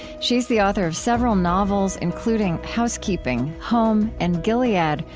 she's the author of several novels including housekeeping, home, and gilead,